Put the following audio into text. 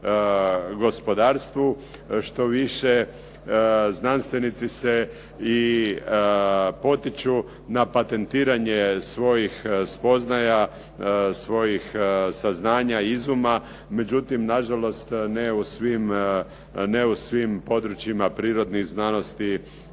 gospodarstvu. Štoviše, znanstvenici se i potiču na patentiranje svojih spoznaja, svojih saznanja, izuma. Međutim, nažalost ne u svim područjima prirodnih znanosti